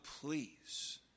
please